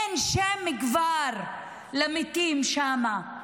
אין כבר שם למתים שם.